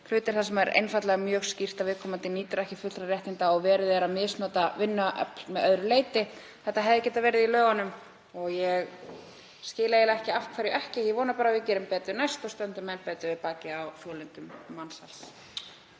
hlutir þar sem er einfaldlega mjög skýrt að viðkomandi njóti ekki fullra réttinda og verið að misnota vinnuafl að öðru leyti. Þetta hefði getað verið í lögunum og ég skil eiginlega ekki af hverju ekki. Ég vona bara að við gerum betur næst og stöndum enn betur við bakið á þolendum mansals.